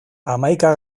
hamaika